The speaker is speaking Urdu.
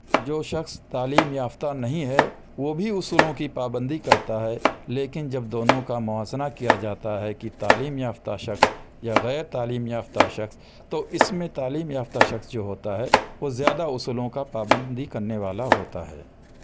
جو شخص تعلیم یافتہ نہیں ہے وہ بھی اصولوں کی پابندی کرتا ہے لیکن جب دونوں کا موازنہ کیا جاتا ہے کہ تعلیم یافتہ شخص یا غیر تعلیم یافتہ شخص تو اس میں تعلیم یافتہ شخص جو ہوتا ہے وہ زیادہ اصولوں کا پابندی کرنے والا ہوتا ہے